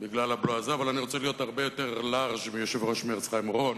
אבל אני רוצה להיות הרבה יותר לארג' מיושב-ראש מרצ חיים אורון,